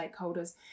stakeholders